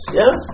yes